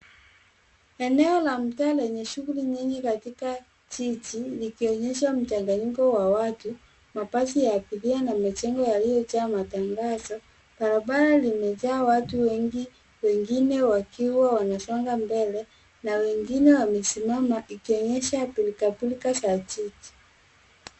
Eneo la mtaa lenye shughuli nyingi katika jiji likionyesha mchanganyiko wa watu, mabasi ya abiria na majengo yaliyo jaa matangazo. Barabara limejaa watu wengi, wengine wakiwa wanasonga mbele na wengine wamesimama ikionyesha pilka pilka za jiji.